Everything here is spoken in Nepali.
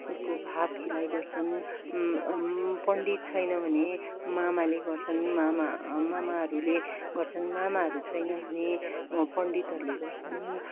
उसको भात खिलाइ गर्छन् पण्डित छैन भने मामाले गर्छन् मामा मामाहरूले गर्छन् मामाहरू छैन भने पण्डितहरूले गर्छन्